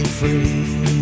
free